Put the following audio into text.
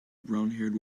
brownhaired